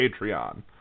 Patreon